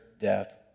death